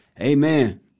amen